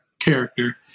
character